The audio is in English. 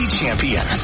champion